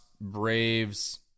Braves